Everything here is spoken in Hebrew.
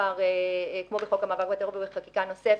כמו בחוק המאבק בטרור ובחקיקה נוספת,